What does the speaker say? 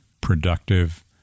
productive